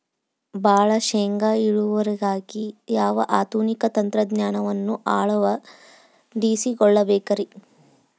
ಭಾಳ ಶೇಂಗಾ ಇಳುವರಿಗಾಗಿ ಯಾವ ಆಧುನಿಕ ತಂತ್ರಜ್ಞಾನವನ್ನ ಅಳವಡಿಸಿಕೊಳ್ಳಬೇಕರೇ?